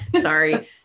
Sorry